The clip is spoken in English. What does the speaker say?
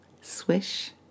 swish